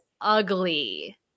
ugly